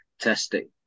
testing